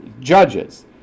judges